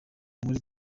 muri